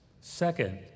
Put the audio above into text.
Second